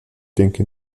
denke